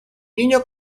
niño